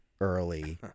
Early